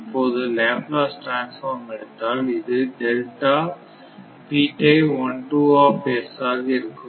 இப்போது Laplace transform எடுத்தால் இது ஆக இருக்கும்